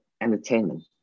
entertainment